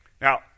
Now